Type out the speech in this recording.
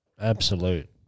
absolute